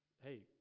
Hey